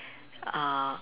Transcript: uh